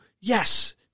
Yes